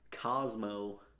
Cosmo